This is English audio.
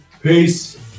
Peace